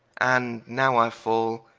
and now i fall.